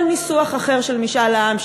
כל ניסוח אחר של משאל העם,